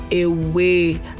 away